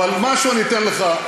אבל משהו אני אתן לך,